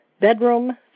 bedroom